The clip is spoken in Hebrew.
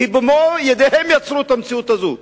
כי במו ידיהם יצרו את המציאות הזו.